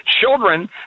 Children